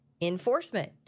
enforcement